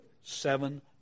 seven